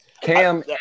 Cam